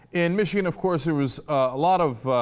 in mission of course it was allot of ah.